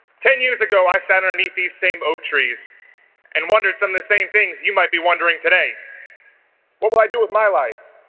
ten years ago i sat underneath these same oak trees and wondered some of the same things you might be wondering today what will i do with my life